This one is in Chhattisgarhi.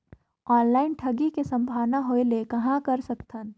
ऑनलाइन ठगी के संभावना होय ले कहां कर सकथन?